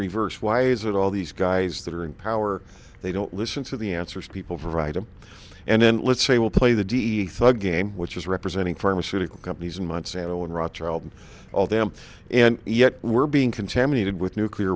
reverse why is it all these guys that are in power they don't listen to the answers people write them and then let's say we'll play the d e thought game which is representing pharmaceutical companies in months and when raw child all them and yet we're being contaminated with nuclear